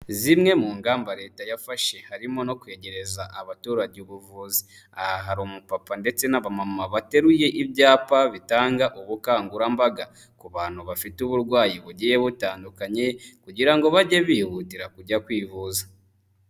Zimwe mu ngamba Leta yafashe harimo no kwegereza abaturage ubuvuzi, aha hari umupapa ndetse n'abamama bateruye ibyapa bitanga ubukangurambaga ku bantu bafite uburwayi bugiye butandukanye kugira ngo bajye bihutira kujya kwivuza.